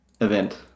event